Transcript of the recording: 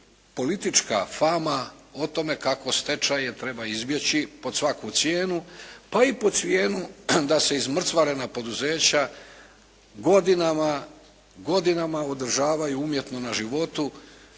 politička fama o tome kako stečaje treba izbjeći pod svaku cijenu, pa i pod cijenu da se izmrcvarena poduzeća godinama održavaju umjetno na životu